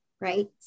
right